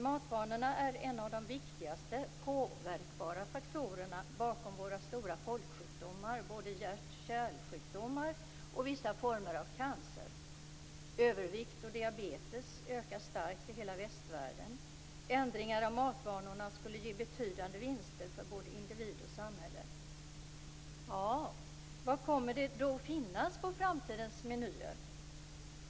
Matvanorna är en av de viktigaste påverkbara faktorerna bakom våra stora folksjukdomar, både hjärt och kärlsjukdomar och vissa former av cancer. Övervikt och diabetes ökar starkt i hela västvärlden. Ändringar av matvanorna skulle ge betydande vinster för både individ och samhälle. Vad kommer det då att finnas på framtidens menyer?